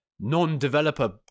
non-developer